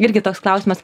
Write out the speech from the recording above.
irgi toks klausimas